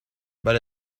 but